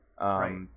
Right